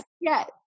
yes